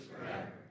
forever